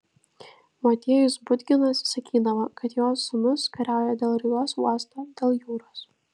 motiejus budginas sakydavo kad jo sūnus kariauja dėl rygos uosto dėl jūros